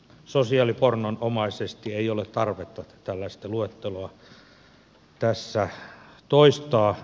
sosiaalipornonomaisesti ei ole tarvetta tällaista luetteloa tässä toistaa